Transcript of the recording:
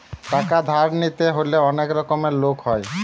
টাকা ধার নিতে হলে অনেক রকমের লোক হয়